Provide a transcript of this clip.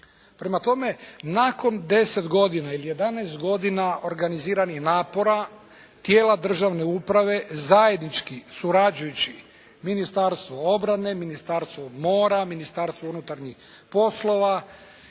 Prema tome, nakon deset godina ili jedanaest godina organiziranih napora tijela državne uprave zajednički surađujući Ministarstvo obrane, Ministarstvo mora, Ministarstvo unutarnjih poslova